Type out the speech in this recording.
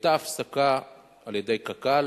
היתה הפסקה על-ידי קק"ל,